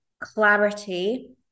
clarity